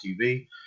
TV